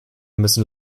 müssen